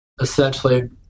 essentially